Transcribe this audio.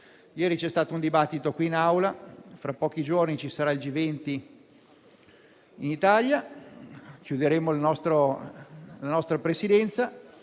Ieri c'è stato un dibattito qui, in Aula. Fra pochi giorni ci sarà il G20 in Italia, concluderemo la nostra Presidenza